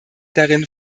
darin